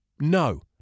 No